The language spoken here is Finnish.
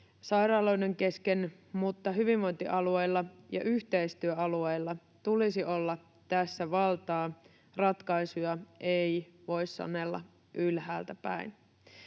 sairaaloiden kesken, mutta hyvinvointialueilla ja yhteistyöalueilla tulisi olla tässä valtaa. Ratkaisuja ei voi sanella ylhäältä päin.